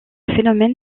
phénomène